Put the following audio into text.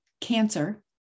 cancer